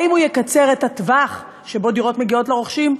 האם הוא יקצר את הטווח שבו דירות מגיעות לרוכשים?